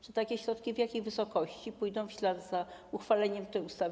Czy takie środki, i w jakiej wysokości, pójdą w ślad za uchwaleniem tej ustawy?